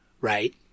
Right